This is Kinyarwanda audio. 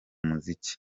muziki